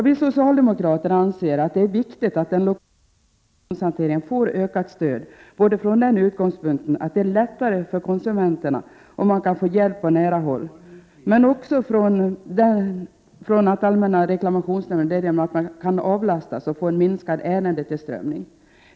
Vi socialdemokrater anser att det är viktigt att den lokala reklamationshanteringen får ökat stöd både från den utgångspunkten att det är lättare för konsumenterna om de kan få hjälp på nära håll och från den utgångspunkten att allmänna reklamationsnämnden därigenom kan avlastas och få en minskad ärendetillströmning.